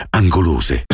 angolose